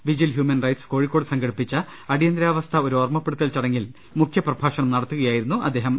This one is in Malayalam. വിജിൽ ഹ്യൂമൻ റൈറ്റ്സ് കോഴിക്കോട് സംഘടിപ്പിച്ച അടിയന്തരാവസ്ഥ ഒരു ഓർമ്മപ്പെടുത്തൽ ചടങ്ങിൽ മുഖ്യപ്രഭാഷണം നടത്തുകയായിരുന്നു അദ്ദേഹം